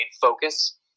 focus